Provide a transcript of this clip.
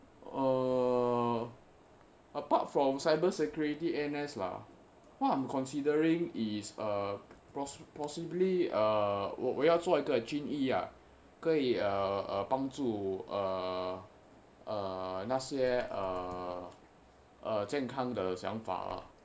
uh apart from cyber security N_S ah what I'm considering is a poss~ possibly err 我我要做一个军医啊帮助那些哦健康的想法 lah